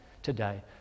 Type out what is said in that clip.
today